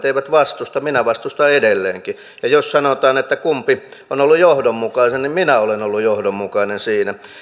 eivät vastusta minä vastustan edelleenkin ja jos sanotaan että kumpi on ollut johdonmukaisempi niin minä olen ollut johdonmukainen siinä